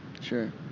Sure